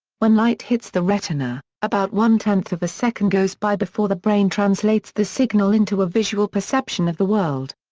when light hits the retina, about one-tenth of a second goes by before the brain translates the signal into a visual perception of the world.